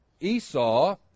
Esau